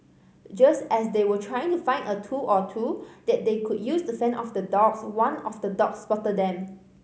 just as they were trying to find a tool or two that they could use to fend off the dogs one of the dogs spotted them